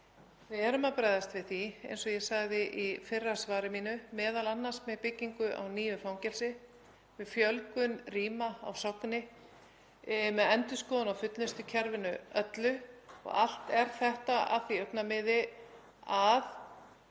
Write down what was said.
Við erum að bregðast við því, eins og ég sagði í fyrra svari mínu, m.a. með byggingu á nýju fangelsi, með fjölgun rýma á Sogni, með endurskoðun á fullnustukerfinu öllu. Allt er þetta í því augnamiði að